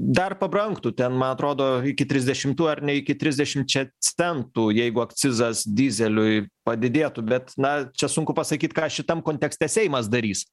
dar pabrangtų ten man atrodo iki trisdešimų ar ne iki trisdešimčia centų jeigu akcizas dyzeliui padidėtų bet na čia sunku pasakyt ką šitam kontekste seimas darys